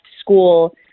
school